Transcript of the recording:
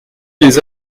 lès